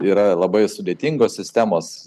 yra labai sudėtingos sistemos